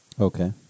Okay